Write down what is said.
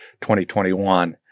2021